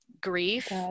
grief